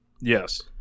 Yes